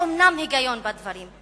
אומנם יש היגיון בדברים,